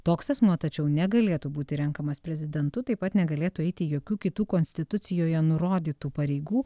toks asmuo tačiau negalėtų būti renkamas prezidentu taip pat negalėtų eiti jokių kitų konstitucijoje nurodytų pareigų